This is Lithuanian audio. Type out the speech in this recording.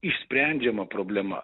išsprendžiama problema